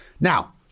Now